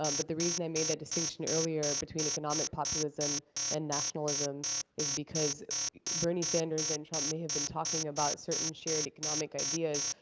um but the reason i made that distinction earlier between economic populism and nationalism is because bernie sanders and trump may have been talking about certain shared economic ideas,